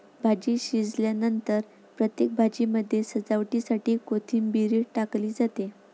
भाजी शिजल्यानंतर प्रत्येक भाजीमध्ये सजावटीसाठी कोथिंबीर टाकली जाते